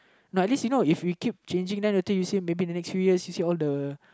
like at least you know if we keep changing then later you see maybe the next few years you see all the